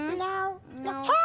no. no,